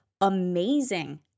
amazing